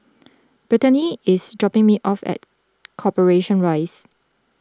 Brittanie is dropping me off at Corporation Rise